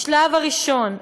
בשלב ראשון,